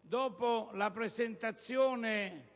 dopo la presentazione